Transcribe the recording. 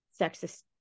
sexist